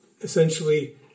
essentially